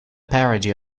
parody